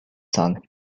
son